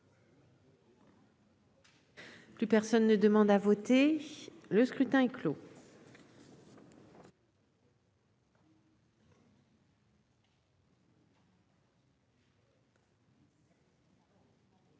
Plus personne ne demande à voter, le scrutin est clos.